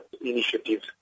initiatives